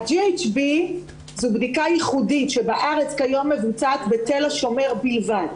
GHB זו בדיקה ייחודים שבארץ כיום מבוצעת בתל השומר בלבד.